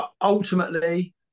ultimately